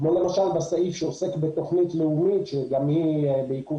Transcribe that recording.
כמו למשל בסעיף שעוסק בתוכנית לאומית שגם היא בעיכוב